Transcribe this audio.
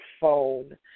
phone